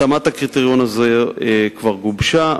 התאמת הקריטריון הזה כבר גובשה,